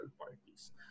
parties